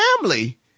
family